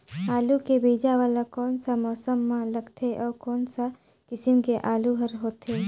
आलू के बीजा वाला कोन सा मौसम म लगथे अउ कोन सा किसम के आलू हर होथे?